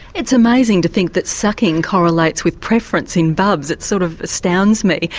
it's amazing to think that sucking correlates with preference in bubs, it sort of astounds me.